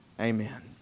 Amen